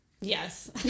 yes